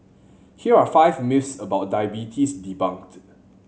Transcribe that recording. here are five myths about diabetes debunked